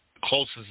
Closest